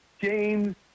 James